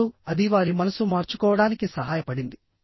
అప్పుడు అది వారి మనసు మార్చుకోవడానికి సహాయపడింది